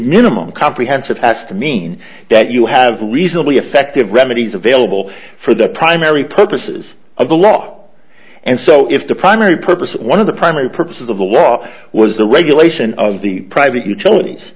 minimum comprehensive has to mean that you have reasonably effective remedies available for the primary purposes of the law and so if the primary purpose one of the primary purposes of the law was the regulation of the private utilities